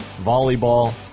volleyball